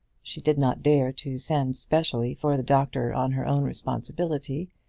she did not dare to send specially for the doctor on her own responsibility,